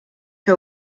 que